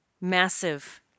massive